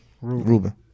Ruben